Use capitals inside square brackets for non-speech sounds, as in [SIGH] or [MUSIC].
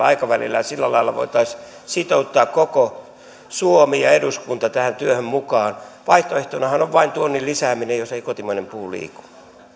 [UNINTELLIGIBLE] aikavälillä ja sillä lailla voitaisiin sitouttaa koko suomi ja eduskunta tähän työhön mukaan vaihtoehtonahan on on vain tuonnin lisääminen jos ei kotimainen puu liiku